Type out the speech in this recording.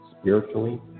spiritually